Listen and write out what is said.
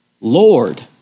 Lord